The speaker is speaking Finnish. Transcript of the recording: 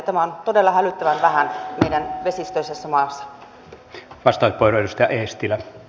tämä on todella hälyttävän vähän meidän vesistöisessä maassa